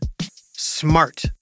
smart